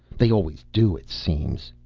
they always do, it seems.